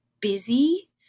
busy